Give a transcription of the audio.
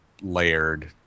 layered